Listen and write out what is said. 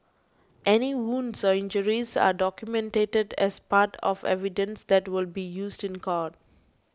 any wounds or injuries are documented as part of evidence that will be used in court